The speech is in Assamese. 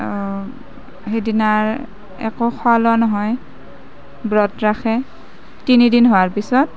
সেইদিনাৰ একো খোৱা লোৱা নহয় ব্ৰত ৰাখে তিনি দিন হোৱাৰ পিছত